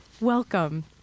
welcome